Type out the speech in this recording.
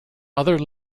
other